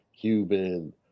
Cuban